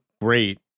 great